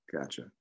gotcha